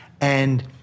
and-